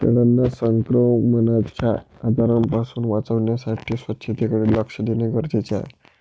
शेळ्यांना संक्रमणाच्या आजारांपासून वाचवण्यासाठी स्वच्छतेकडे लक्ष देणे गरजेचे आहे